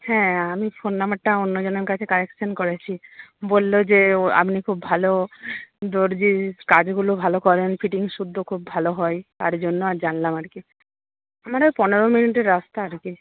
হ্যাঁ আমি ফোন নাম্বারটা অন্যজনের কাছে কালেকশান করেছি বললো যে ও আপনি খুব ভালো দর্জির কাজগুলো ভালো করেন ফিটিংস সুদ্ধ খুব ভালো হয় তার জন্য জানলাম আর কি আমার ওই পনেরো মিনিটের রাস্তা আর কি